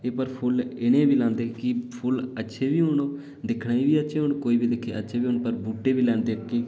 ऐ पर फुल्ल ए ने बी लांदे की फुल्ल अच्छे बी होन दिक्खने बी अच्छे होन अच्छे होन पर बूह्टे लेंदे बाकी